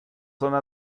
zona